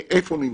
איפה הוא נמצא,